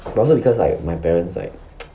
but also because like my parents like